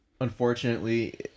unfortunately